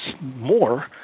more